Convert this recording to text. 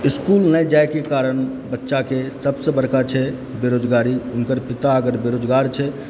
school नहि जाइके कारण बच्चाकेँ सभसँ बड़का छै बेरोजगारी हुनकर पिता अगर बेरोजगार छै